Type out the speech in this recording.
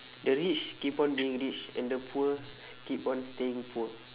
the rich keep on being rich and the poor keep on staying poor